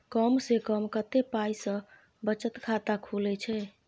कम से कम कत्ते पाई सं बचत खाता खुले छै?